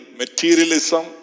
materialism